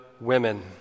women